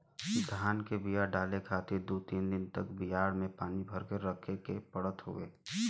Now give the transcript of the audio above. धान के बिया डाले खातिर दू तीन दिन बियाड़ में पानी भर के रखे के पड़त हउवे